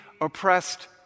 oppressed